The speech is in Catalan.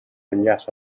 enllaça